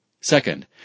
Second